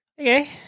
Okay